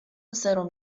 سرم